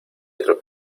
otro